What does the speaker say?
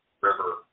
river